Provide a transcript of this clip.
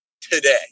today